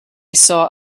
saw